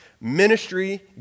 Ministry